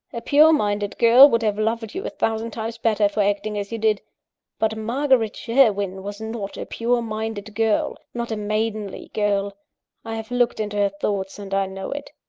a pure-minded girl would have loved you a thousand times better for acting as you did but margaret sherwin was not a pure-minded girl, not a maidenly girl i have looked into her thoughts, and i know it.